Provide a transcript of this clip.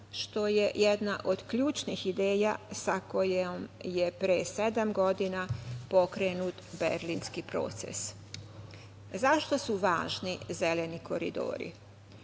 što je jedna od ključnih ideja sa kojom je pre sedam godina pokrenut Berlinski proces.Zašto su važni „Zeleni koridori“?